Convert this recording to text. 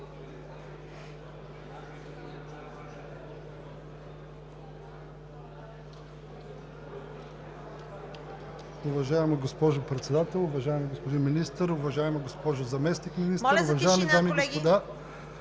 Уважаема госпожо Председател, уважаеми господин Министър, уважаема госпожо Заместник-министър, уважаеми дами и господа